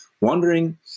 wondering